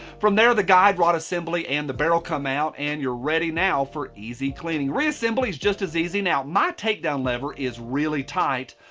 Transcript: from there, the guide rod assembly and the barrel come out and you're ready now for easy cleaning. re-assembly is just as easy, now my takedown lever is really tight,